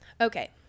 okay